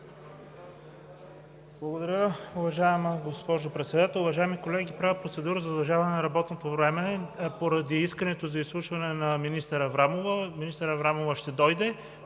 Благодаря, уважаема госпожо Председател. Уважаеми колеги, правя процедура за удължаване на работното време поради искането за изслушване на министър Аврамова. Министър Аврамова ще дойде.